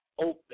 open